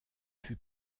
fut